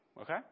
Okay